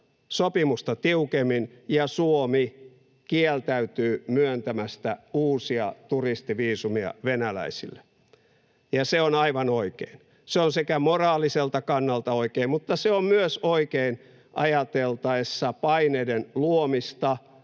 sopimusta tiukemmin ja Suomi kieltäytyy myöntämästä uusia turistiviisumeja venäläisille. Ja se on aivan oikein, se on sekä moraaliselta kannalta oikein, mutta se on oikein myös ajateltaessa paineiden luomista